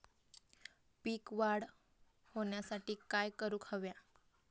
पीक वाढ होऊसाठी काय करूक हव्या?